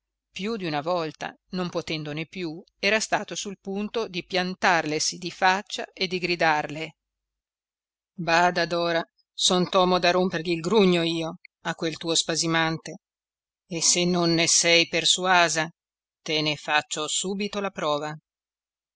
apposta più d'una volta non potendone più era stato sul punto di piantarlesi di l'uomo solo luigi pirandello faccia e di gridarle bada dora son tomo da rompergli il grugno io a quel tuo spasimante e se non ne sei persuasa te ne faccio subito la prova